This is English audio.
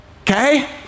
Okay